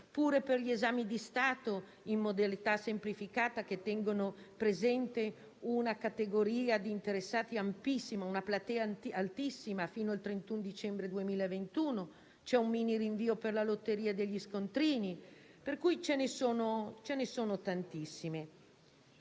norme sugli esami di Stato in modalità semplificata, che tengono presente una categoria di interessati amplissima, fino al 31 dicembre 2021, e c'è un mini rinvio per la lotteria degli scontrini. Le proroghe sono tantissime.